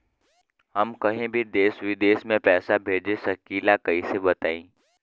हम कहीं भी देश विदेश में पैसा भेज सकीला कईसे बताई?